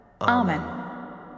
Amen